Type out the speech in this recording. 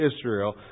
Israel